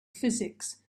physics